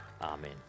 Amen